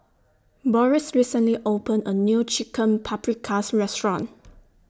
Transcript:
Boris recently opened A New Chicken Paprikas Restaurant